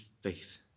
faith